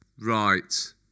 Right